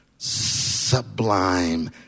sublime